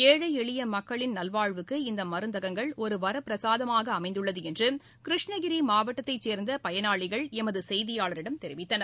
ஏழை எளிய மக்களின் நல்வாழ்வுக்கு இந்த மருந்தகங்கள் ஒரு வரப்பிரசாதமாக அமைந்துள்ளது என்று கிருஷ்ணகிரி மாவட்டத்தை சேர்ந்த பயனாளிகள் எமது செய்தியாளரிடம் தெரிவித்தனர்